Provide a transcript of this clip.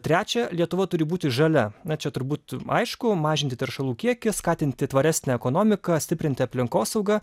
trečia lietuva turi būti žalia na čia turbūt aišku mažinti teršalų kiekį skatinti tvaresnę ekonomiką stiprinti aplinkosaugą